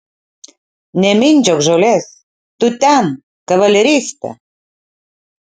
nemindžiok žolės tu ten kavaleriste